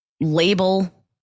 label